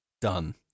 Done